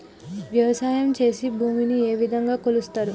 వ్యవసాయం చేసి భూమిని ఏ విధంగా కొలుస్తారు?